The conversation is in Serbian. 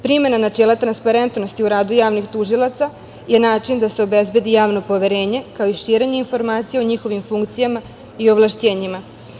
Primena načela transparentnosti u radu javnih tužilaca je način da se obezbedi javno poverenje, kao i širenje informacija o njihovim funkcijama i ovlašćenjima.